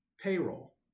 payroll